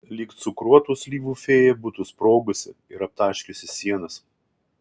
lyg cukruotų slyvų fėja būtų sprogusi ir aptaškiusi sienas